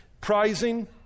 prizing